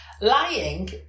Lying